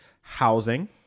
housing